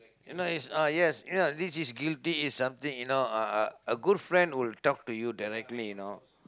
you know is uh yes ya this is guilty is something you know uh a a good friend will talk to you directly you know